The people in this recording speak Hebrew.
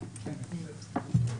בעיניי מאוד מאוד כשר.